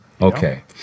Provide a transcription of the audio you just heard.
Okay